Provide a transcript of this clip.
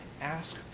ask